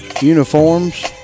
Uniforms